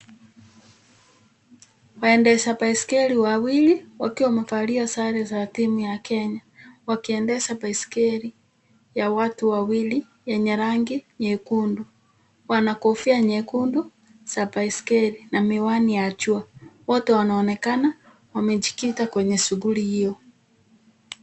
Waendesha baiskeli wawili wakiwa wamevalia sare za timu ya Kenya wakiendesha baiskeli ya watu wawili yenye rangi nyekundu. Wana kofia nyekundu za baiskeli na miwani ya jua. Wote wanaonekana wamejikita kwenye shughuli hiyo?